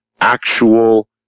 actual